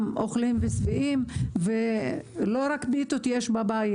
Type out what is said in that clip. אוכלים ושבעים ולא רק פיתות יש בבית,